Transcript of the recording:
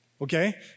okay